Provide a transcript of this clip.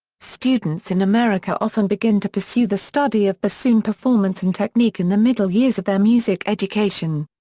students in america often begin to pursue the study of bassoon performance and technique in the middle years of their music education.